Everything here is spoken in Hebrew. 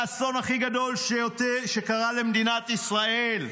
האסון הכי גדול שקרה למדינת ישראל,